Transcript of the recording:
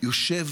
יושב